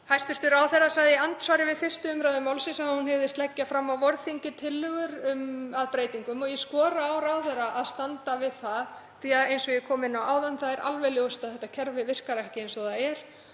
Hæstv. ráðherra sagði í andsvari við 1. umr. málsins að hún hygðist leggja fram á vorþingi tillögur að breytingum og ég skora á ráðherra að standa við það því að eins og ég kom inn á áðan er alveg ljóst að þetta kerfi virkar ekki eins og það er.